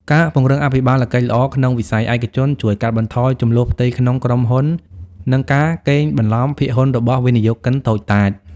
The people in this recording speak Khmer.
ការពង្រឹងអភិបាលកិច្ចល្អក្នុងវិស័យឯកជន ជួយកាត់បន្ថយជម្លោះផ្ទៃក្នុងក្រុមហ៊ុន និងការកេងបន្លំភាគហ៊ុនរបស់វិនិយោគិនតូចតាច។